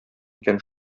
икән